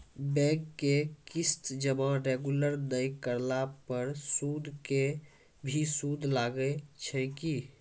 Bank के किस्त जमा रेगुलर नै करला पर सुद के भी सुद लागै छै कि?